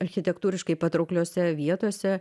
architektūriškai patraukliose vietose